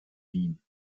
wien